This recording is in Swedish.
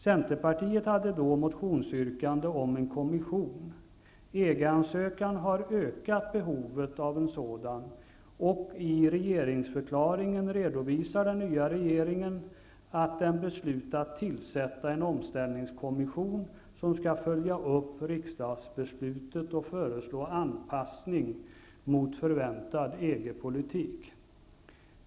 Centerpartiet hade då motionsyrkande om en kommission. EG ansökan har ökat behovet av en sådan, och i regeringsförklaringen redovisade den nya regeringen att den beslutat tillsätta en omställningskommission, som skall följa upp riksdagsbeslutet och föreslå anpassning till förväntad EG-politik.